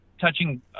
touching